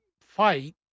fight